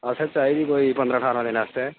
असें चाहिदी कोई पंदरां ठारां दिनें आस्तै